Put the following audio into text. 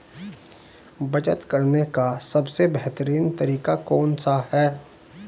बचत करने का सबसे बेहतरीन तरीका कौन सा है?